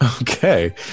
Okay